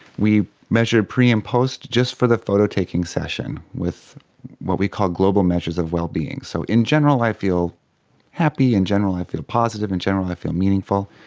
we measured pre and post, just for the photo taking session, with what we call global measures of well-being. so in general i feel happy, in general i feel positive, in general i feel meaningful.